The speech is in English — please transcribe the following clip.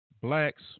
blacks